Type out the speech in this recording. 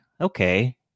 okay